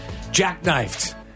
jackknifed